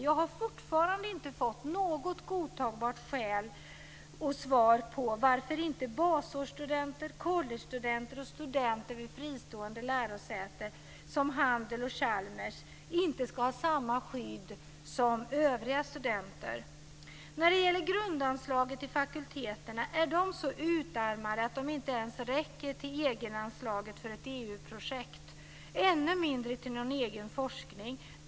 Jag har fortfarande inte fått något godtagbart svar på frågan varför basårsstudenter, collegestudenter och studenter vid fristående lärosäten som Handels och Chalmers inte ska ha samma skydd som övriga studenter. När det gäller grundanslaget till fakulteterna är de så utarmade att de inte ens räcker till egenanslaget för ett EU-projekt, ännu mindre till någon egen forskning.